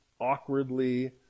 awkwardly